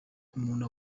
umuntu